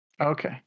okay